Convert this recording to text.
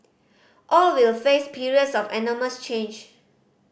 all will face periods of enormous change